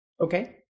Okay